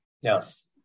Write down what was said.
Yes